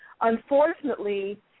Unfortunately